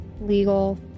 legal